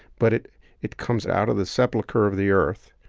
but it it comes out of the sepulcher of the earth.